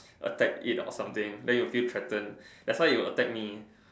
attack it or something then it'll feel threatened that's why it will attack me